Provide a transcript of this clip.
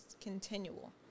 continual